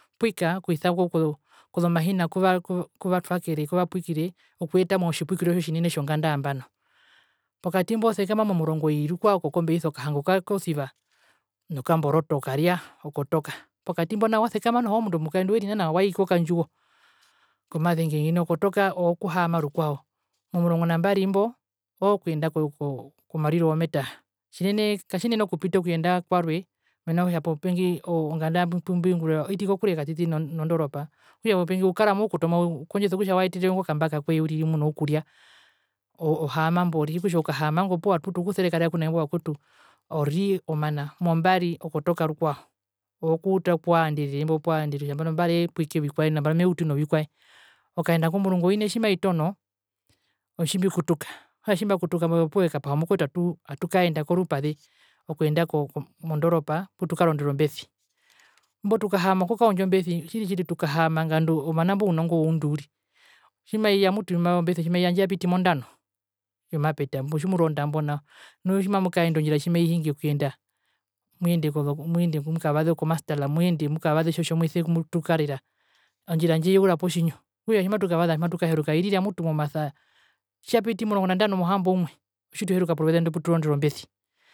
. Pwika okuisako kozomahina kuvatwakere, kuvapwikire okuyeta motjipwikiro ihotjinene tjonganda nambano. Pokati mbo osekama momurongo oi rukwao kokombeisa okahanga okakosiva nokamboroto okarya okotoka. Pokati mbo noho osekama oove omundu omukaendu werinana wai kokandjiwo komazenge ngeni okotoka ookuhaama rukwao, momurongo nambari mbo ookuyenda komariro wometaha. Tjinene, katjinene okupita okuyenda kwarwe, mena rokutja popengi onganda pumbuingurira iri kokure katiti nondoropa, okutja popengi ukara moukoto mo ukondja kutja waeterere ingo okambaka koye uriri mumuna oukurya ohaama mbo ori, okutja ukahaama ngo opuwo atuutu okuserekarera kuna imbo ovakwetu, ori, omana. Mombari okotoka rukwao. Ookuuta puwaanderere imbo puwaanderere kutja nambano mbari amepwike ovikwaye nu nambano mepwike ovikwaye, okaenda komurungu. Oine tjimaitono otjimbikutuka. okutja tjimbakutuka mbo opuwo ekapaha omukwetu atukaenda korupaze okuyenda ko mondoropa putukarondera ombesi. imbo tukahaama okukaundja ombesi, tjirirtjiri tukahaama ngandu omana imbo ounongo woundu uriri. Tjimaiya mutu ombesi tjimaiya jandje yapiti mondano yomapeta, imbo otjimuronda mbo nao. Nu tjimamukaenda ondjira tjimaihingi okuyenda muyende mukavaze o khomasdal muyende mukavaze itjo otjomuise mutukarera ondjira tjandje yeura potjinjo, okutja tjimatukavaza tjimatukaheruka irira mutu momasa ya tjiyapiti omurongo nandano mohamboumwe otjituheruka poruveze poruveze ndwi puturondera ombesi.